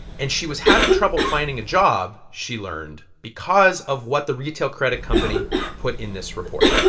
and she was having trouble finding a job, she learned, because of what the retail credit company put in this report.